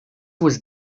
was